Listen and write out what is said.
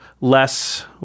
less